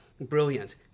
brilliant